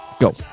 Go